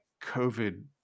COVID